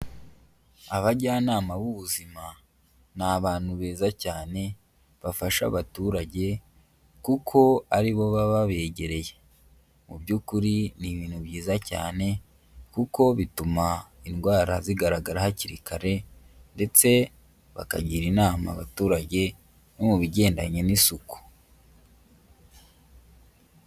Abajyanama b'ubuzima ni abantu beza cyane bafasha abaturage kuko ari bo baba begereye. Mu by'ukuri ni ibintu byiza cyane kuko bituma indwara zigaragara hakiri kare ndetse bakagira inama abaturage mu bigendanye n'isuku.